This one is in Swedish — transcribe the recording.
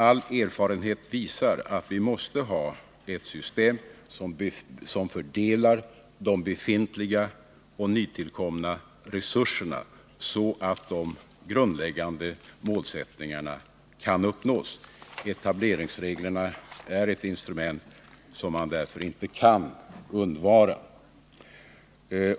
All erfarenhet visar att vi måste ha ett system som fördelar de befintliga och nytillkomna resurserna så att de grundläggande målsättningarna kan uppnås. Etableringsreglerna är ett instrument som man därför inte kan undvara.